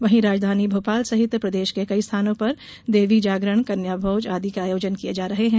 वहीं राजधानी भोपाल सहित प्रदेश के कई स्थानों पर देवी जागरण कन्या भोज आदि के आयोजन किये जा रहे हैं